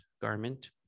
garment